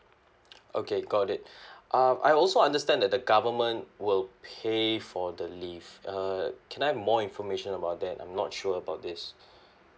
okay got it um I also understand that the government will pay for the leave err can I've more information about that I'm not sure about this